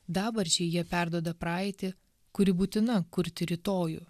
dabarčiai jie perduoda praeitį kuri būtina kurti rytojų